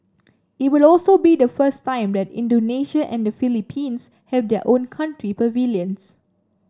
it will also be the first time that Indonesia and the Philippines have their own country pavilions